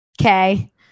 Okay